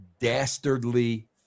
dastardly